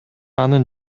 анын